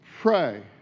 pray